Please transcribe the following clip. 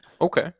Okay